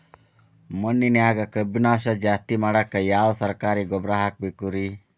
ಮಣ್ಣಿನ್ಯಾಗ ಕಬ್ಬಿಣಾಂಶ ಜಾಸ್ತಿ ಮಾಡಾಕ ಯಾವ ಸರಕಾರಿ ಗೊಬ್ಬರ ಹಾಕಬೇಕು ರಿ?